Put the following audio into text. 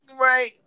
Right